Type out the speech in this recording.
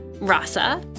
Rasa